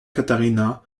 catarina